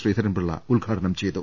ശ്രീധരൻപിള്ള ഉദ്ഘാടനം ചെയ്തു